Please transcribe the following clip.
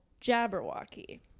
Jabberwocky